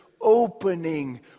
opening